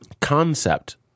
concept